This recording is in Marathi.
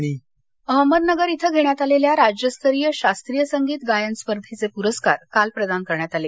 परस्कार अहमदनगर अहमदनगर इथं घेण्यात आलेल्या राज्यस्तरीय शास्त्रीय संगीत गायन स्पर्धेचे प्रस्कार काल प्रदान करण्यात आले